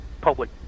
public